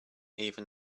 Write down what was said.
even